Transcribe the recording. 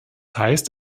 heißt